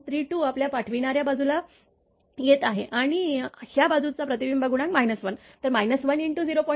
32 आपल्या पाठविणार्या बाजूला येत आहे आणि ह्या बाजूचा प्रतिबिंब गुणांक 1 तर 1 × 0